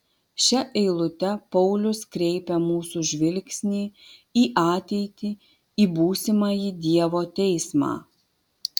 šia eilute paulius kreipia mūsų žvilgsnį į ateitį į būsimąjį dievo teismą